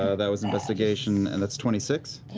ah that was investigation and it's twenty six?